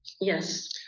Yes